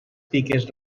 piques